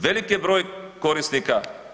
Velik je broj korisnika.